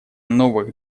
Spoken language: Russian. новых